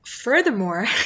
Furthermore